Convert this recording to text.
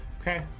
Okay